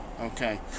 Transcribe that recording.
Okay